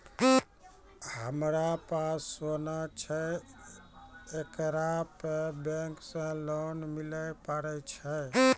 हमारा पास सोना छै येकरा पे बैंक से लोन मिले पारे छै?